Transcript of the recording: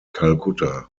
calcutta